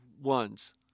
ones